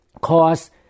cause